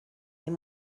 این